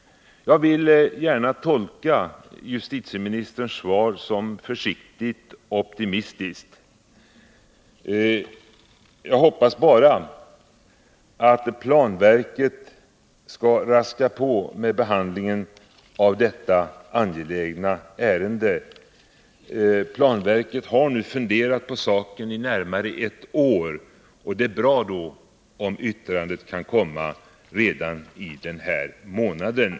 Jag vill gärna tolka justitieministerns svar som försiktigt optimistiskt. Jag hoppas bara att planverket skall raska på med behandlingen av detta angelägna ärende. Planverket har nu funderat på saken i närmare ett år. Det är bra om dess yttrande kan komma redan i denna månad.